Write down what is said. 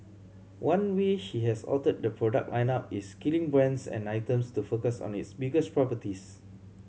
one way she has altered the product lineup is killing brands and items to focus on its biggest properties